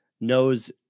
knows